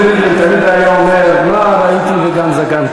חבר הכנסת רובי ריבלין תמיד היה אומר: נער הייתי וגם זקנתי.